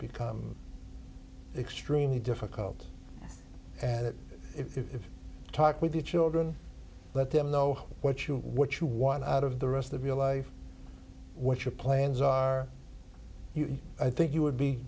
become extremely difficult and if you talk with your children let them know what you what you want out of the rest of your life what your plans are you i think you would be